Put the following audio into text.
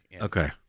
Okay